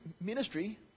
ministry